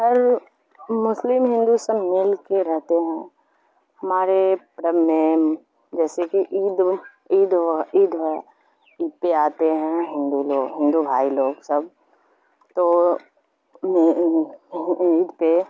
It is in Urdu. ہر مسلم ہندو سب مل کے رہتے ہیں ہمارے پرب میں جیسے کہ عید عید عید عید پہ آتے ہیں ہندو لوگ ہندو بھائی لوگ سب تو میں عید پہ